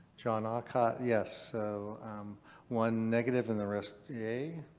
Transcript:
john aucott. yes. so one negative and the rest yea.